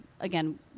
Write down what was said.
again